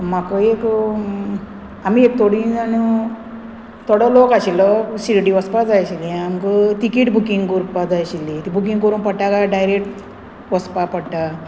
म्हाका एक आमी एक थोडीं जाण थोडो लोक आशिल्लो शिर्डी वचपा जाय आशिल्लें आमकां तिकेट बुकींग कोरपा जाय आशिल्ली ती बुकींग करूंक पडटा काय डायरेक्ट वचपा पडटा